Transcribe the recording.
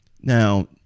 Now